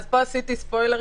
סיגל,